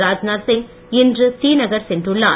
ராஜ்நாத் சிங் இன்று ஸ்ரீநகர் சென்றுள்ளார்